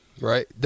right